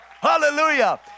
hallelujah